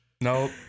Nope